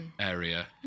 area